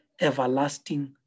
everlasting